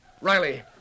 Riley